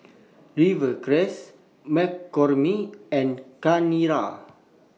Rivercrest McCormick and Chanira